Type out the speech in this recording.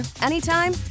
anytime